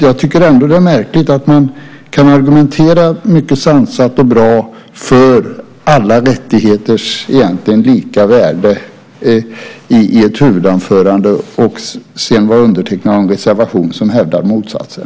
Jag tycker ändå att det är märkligt att man kan argumentera mycket sansat och bra för alla rättigheters lika värde egentligen i ett huvudanförande och sedan underteckna en reservation som hävdar motsatsen.